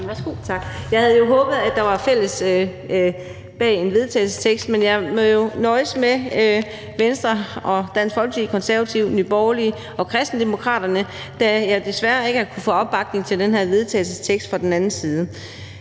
Jeg havde jo håbet, at vi kunne være fælles om det her forslag til vedtagelse, men jeg må nøjes med Venstre, Dansk Folkeparti, Konservative, Nye Borgerlige og Kristendemokraterne, da jeg desværre ikke har kunnet få opbakning til den her vedtagelsestekst fra den anden side.